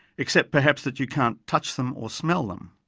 except perhaps that you can't touch them or smell them.